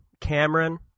Cameron